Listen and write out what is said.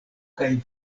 kaj